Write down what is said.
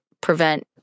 prevent